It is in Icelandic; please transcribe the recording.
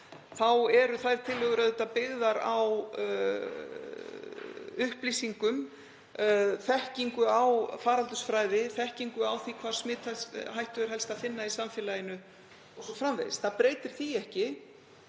þá eru þær tillögur byggðar á upplýsingum, þekkingu á faraldursfræði, þekkingu á því hvar smithættu er helst að finna í samfélaginu o.s.frv. Það breytir því ekki